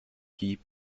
key